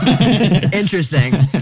Interesting